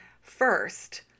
First